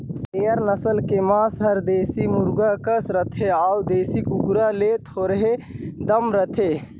layer नसल के मांस हर देसी मुरगा कस रथे अउ देसी कुकरा ले थोरहें दाम रहथे